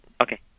Okay